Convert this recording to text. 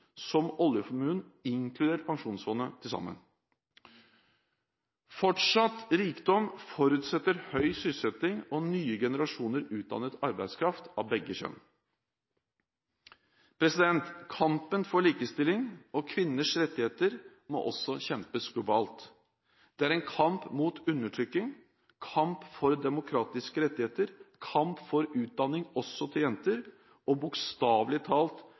som oljeformuen, inkludert pensjonsfondet, til sammen. Fortsatt rikdom forutsetter høy sysselsetting og nye generasjoner utdannet arbeidskraft av begge kjønn. Kampen for likestilling og kvinners rettigheter må også kjempes globalt. Det er en kamp mot undertrykking, en kamp for demokratiske rettigheter, en kamp for utdanning, også for jenter, og bokstavelig talt